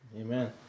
Amen